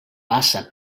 passa